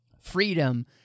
freedom